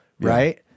right